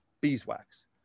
beeswax